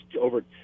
over